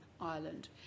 Ireland